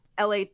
LA